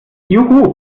juhu